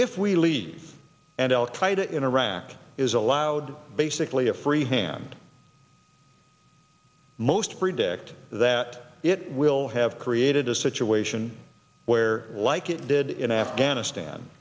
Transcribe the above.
if we leave and al qaeda in iraq is allowed basically a free hand most predict that it will have created a situation where like it did in afghanistan